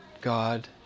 God